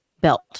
belt